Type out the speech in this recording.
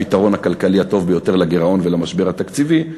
שזה הפתרון הכלכלי הטוב ביותר לגירעון ולמשבר התקציבי,